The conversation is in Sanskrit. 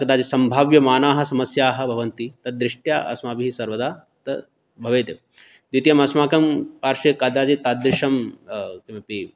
कदाचित् सम्भाव्यमानाः समस्याः भवन्ति तद्दृष्ट्या अस्माभिः सर्वदा त् भवेत् द्वितीयम् अस्माकं पार्श्वे कदाचित् तादृशं किमपि